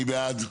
מי בעד?